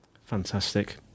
Fantastic